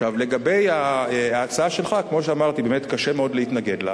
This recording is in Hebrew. לגבי ההצעה שלך, כמו שאמרתי, קשה מאוד להתנגד לה,